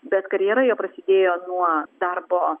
bet karjera jo prasidėjo nuo darbo